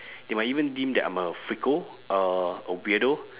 they might even deem that I'm a freako uh a weirdo